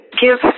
give